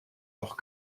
doch